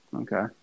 Okay